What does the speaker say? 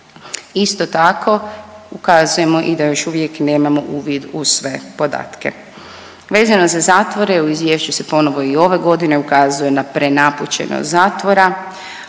Isto tako, ukazujemo i da još uvijek nemamo uvid u sve podatke. Vezano za zatvore u izvješću se ponovo i ove godine ukazuje na prenapučenost zatvora,